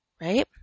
Right